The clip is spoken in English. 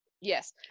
Yes